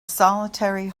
solitary